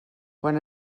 quan